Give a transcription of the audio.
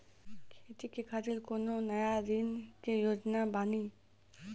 खेती के खातिर कोनो नया ऋण के योजना बानी?